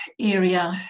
area